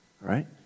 Right